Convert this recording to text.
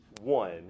one